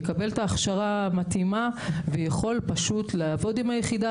יקבל את ההכשרה המתאימה ויכול פשוט לעבוד עם היחידה